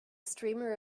streamer